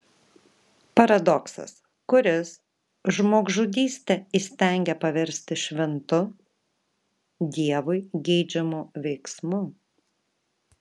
paradoksas kuris žmogžudystę įstengia paversti šventu dievui geidžiamu veiksmu